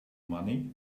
money